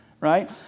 right